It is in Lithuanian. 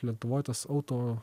lietuvoj tas auto